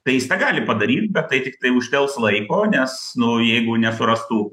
tai jis tą gali padaryt bet tai tiktai uždels laiko nes nu jeigu nesurastų